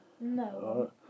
no